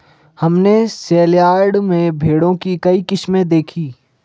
हमने सेलयार्ड में भेड़ों की कई किस्में देखीं